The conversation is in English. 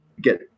get